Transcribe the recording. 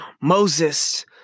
Moses